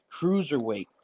cruiserweight